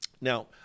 Now